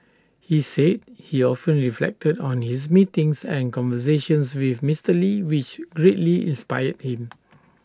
he said he often reflected on his meetings and conversations with Mister lee which greatly inspired him